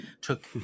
took